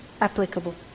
applicable